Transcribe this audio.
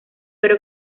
pero